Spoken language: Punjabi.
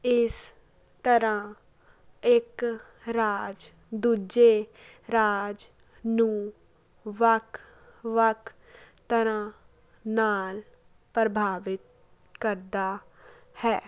ਇਸ ਤਰ੍ਹਾਂ ਇੱਕ ਰਾਜ ਦੂਜੇ ਰਾਜ ਨੂੰ ਵੱਖ ਵੱਖ ਤਰ੍ਹਾਂ ਨਾਲ ਪ੍ਰਭਾਵਿਤ ਕਰਦਾ ਹੈ